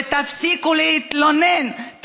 ותפסיקו להתלונן.